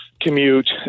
commute